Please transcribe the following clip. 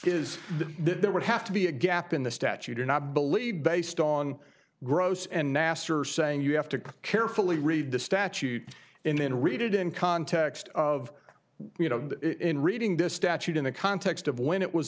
that there would have to be a gap in the statute or not believed based on gross and nasser saying you have to carefully read the statute and then read it in context of you know in reading this statute in the context of when it was